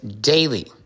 daily